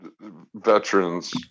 veterans